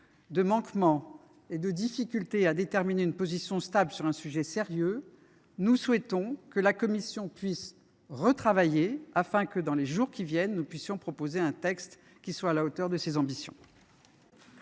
de manquements et de difficulté à déterminer une position stable sur un sujet sérieux, nous souhaitons que la commission puisse retravailler ce projet de loi afin que, dans les jours qui viennent, nous puissions proposer un texte à la hauteur des ambitions